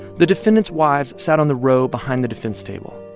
the defendants' wives sat on the row behind the defense table.